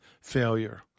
failure